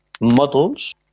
models